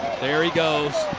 there he goes.